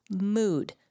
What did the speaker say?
mood